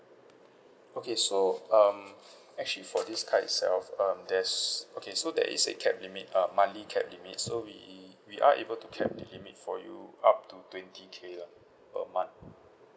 okay so um actually for this card itself um there's okay so there is a cap limit uh monthly cap limit so we we are able to cap the limit for you up to twenty K lah per month